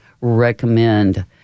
recommend